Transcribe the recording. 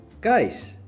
Guys